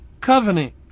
covenant